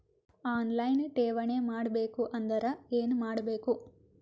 On line ಠೇವಣಿ ಮಾಡಬೇಕು ಅಂದರ ಏನ ಮಾಡಬೇಕು?